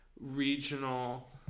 Regional